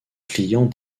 clients